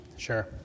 Sure